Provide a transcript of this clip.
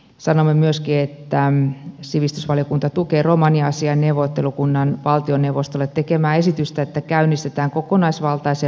sanoimme myöskin että sivistysvaliokunta tukee romaniasiain neuvottelukunnan valtioneuvostolle tekemää esitystä että käynnistetään kokonaisvaltaisen romanipoliittisen ohjelman valmistelu